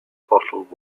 bottled